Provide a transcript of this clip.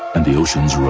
and the oceans rose.